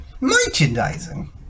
Merchandising